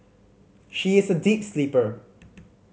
she is a deep sleeper